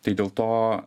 tai dėl to